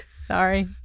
Sorry